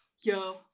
Yo